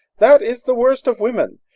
that is the worst of women.